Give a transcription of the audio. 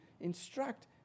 instruct